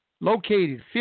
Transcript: located